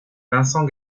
vincent